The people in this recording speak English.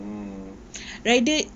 um mm